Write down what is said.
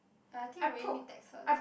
I think I really need taxes ah